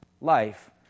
life